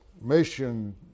mission